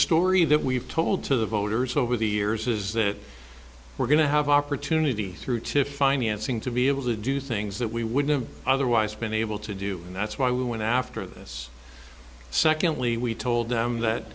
story that we've told to the voters over the years is that we're going to have opportunity through to financing to be able to do things that we wouldn't otherwise have been able to do and that's why we went after this secondly we told them that